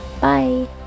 Bye